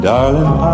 Darling